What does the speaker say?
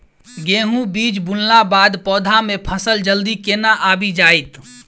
गेंहूँ बीज बुनला बाद पौधा मे फसल जल्दी केना आबि जाइत?